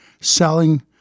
selling